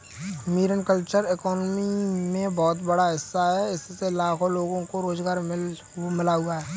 marine culture economy में बहुत बड़ा हिस्सा है इससे लाखों लोगों को रोज़गार मिल हुआ है